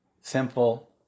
simple